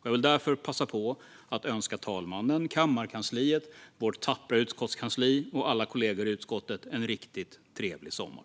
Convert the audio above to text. Jag vill därför passa på att önska talmannen, kammarkansliet, vårt tappra utskottskansli och alla kollegor i utskottet en riktigt trevlig sommar.